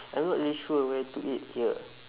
I'm not really sure where to eat here